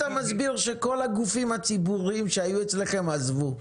מסביר שכל הגופים הציבוריים שהיו אצלכם עזבו?